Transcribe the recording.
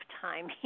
time